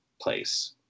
place